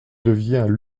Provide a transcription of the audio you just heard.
devient